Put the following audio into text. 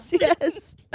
yes